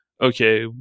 okay